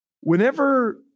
Whenever